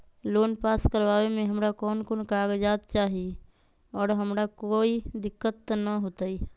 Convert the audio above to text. Loan pass करवावे में हमरा कौन कौन कागजात चाही और हमरा कोई दिक्कत त ना होतई?